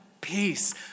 peace